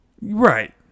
Right